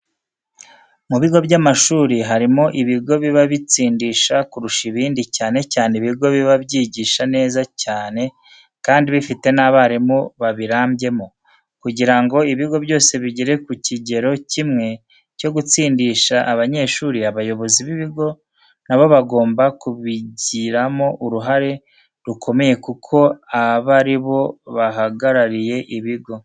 Mu bigo by'amashuri harimo iibigo biba bitsindisha kurusha ibindi cyane cyane ibigo biba byigisha neza cyane kandi bifite n'abarimu babirambyemo. Kugirango ibigo byose bigere ku kigero kimwe cyo gutsindisha abanyeshuri, abayobozi b'ibigo nabo bagomba kubigiramo uruhare rukomeye kuko aba ari bo bahagarariye ibigo.